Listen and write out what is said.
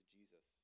Jesus